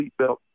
seatbelt